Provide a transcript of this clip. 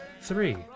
three